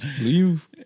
leave